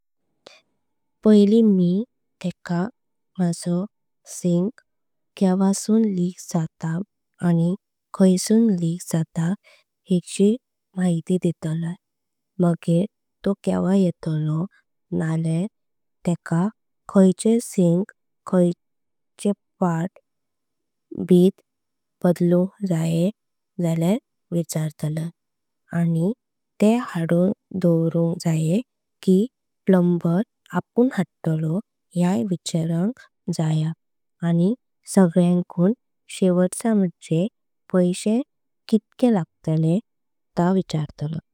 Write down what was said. पहिली मी तेका माझो सिंक केवा सून लीक जात। आनी खायसून जात हेची माहिती दिले। मगर तो केवा येतलो नाव्यार तेका खायचे। सिंक काचें पार्ट बुट बदलूं। जायेल्या विचारतले आनी ते हाडूंक दोवरूं। जायें की प्लम्बर आपूं हाडतालो याय विचारंक। जाय आनी सगळ्यांकूं शेवटचा म्हणजे। पैशे कितले लागतले ता विचारतले।